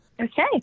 Okay